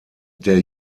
der